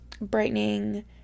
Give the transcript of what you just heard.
brightening